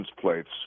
plates